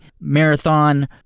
marathon